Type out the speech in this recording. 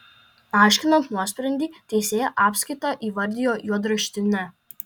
aiškinant nuosprendį teisėja apskaitą įvardijo juodraštine